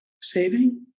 saving